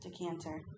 Decanter